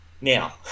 Now